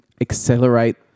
Accelerate